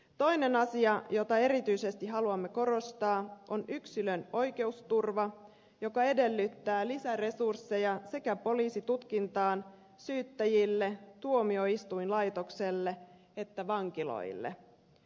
toinen asia jota erityisesti haluamme korostaa on yksilön oikeusturva joka edellyttää lisäresursseja sekä poliisitutkintaan syyttäjille tuomioistuinlaitokselle että vankiloille